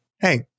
hey